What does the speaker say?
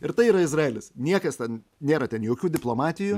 ir tai yra izraelis niekas ten nėra ten jokių diplomatijų